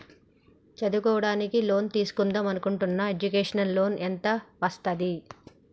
చదువుకోవడానికి లోన్ తీస్కుందాం అనుకుంటున్నా ఎడ్యుకేషన్ లోన్ ఎంత వస్తది?